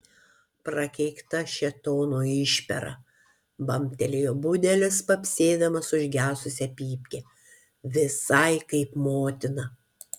prakeikta šėtono išpera bambtelėjo budelis papsėdamas užgesusią pypkę visai kaip motina